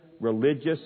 religious